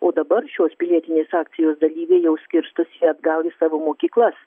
o dabar šios pilietinės akcijos dalyviai jau skirstosi atgal į savo mokyklas